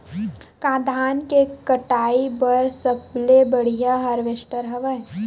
का धान के कटाई बर सबले बढ़िया हारवेस्टर हवय?